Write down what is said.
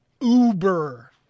Uber